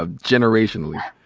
ah generationally.